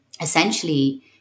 essentially